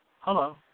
Hello